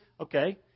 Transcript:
okay